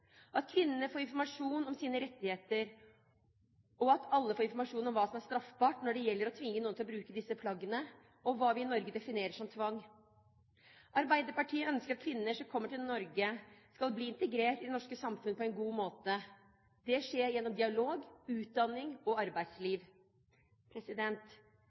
at kvinnene får informasjon om sine rettigheter, og at alle får informasjon om hva som er straffbart når det gjelder å tvinge noen til å bruke disse plaggene, og hva vi i Norge definerer som tvang. Arbeiderpartiet ønsker at kvinner som kommer til Norge, skal bli integrert i det norske samfunn på en god måte. Det skjer gjennom dialog, utdanning og